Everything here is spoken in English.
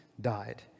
died